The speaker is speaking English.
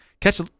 catch